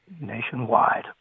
nationwide